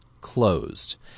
closed